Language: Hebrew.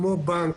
כמו בנק,